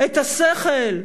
השכל,